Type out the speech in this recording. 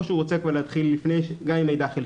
או שהוא רוצה להתחיל גם עם מידע חלקי.